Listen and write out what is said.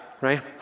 right